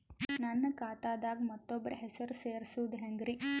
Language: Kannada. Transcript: ನನ್ನ ಖಾತಾ ದಾಗ ಮತ್ತೋಬ್ರ ಹೆಸರು ಸೆರಸದು ಹೆಂಗ್ರಿ?